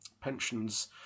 pensions